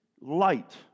Light